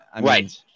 right